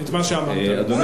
אבל תבקש